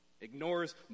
Ignores